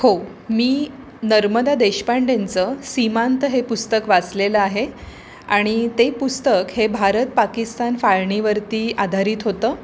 हो मी नर्मदा देशपांडेंचं सीमांत हे पुस्तक वाचलेलं आहे आणि ते पुस्तक हे भारत पाकिस्तान फाळणीवरती आधारित होतं